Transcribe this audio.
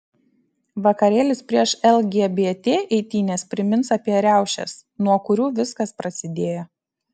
vakarėlis prieš lgbt eitynes primins apie riaušes nuo kurių viskas prasidėjo